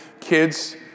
kids